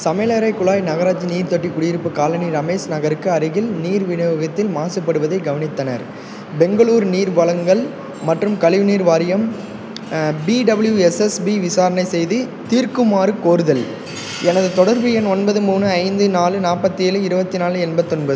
சமையலறை குழாய் நகராட்சி நீர் தொட்டி குடியிருப்பு காலனி ரமேஷ் நகர்க்கு அருகில் நீர் விநியோகத்தில் மாசுபடுவதைக் கவனித்தனர் பெங்களூர் நீர் வழங்கல் மற்றும் கழிவுநீர் வாரியம் பிடபிள்யூஎஸ்எஸ்பி விசாரணை செய்து தீர்க்குமாறு கோருதல் எனது தொடர்பு எண் ஒன்பது மூணு ஐந்து நாலு நாற்பத்தி ஏழு இருபத்தி நாலு எண்பத்தொன்பது